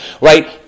right